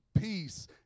peace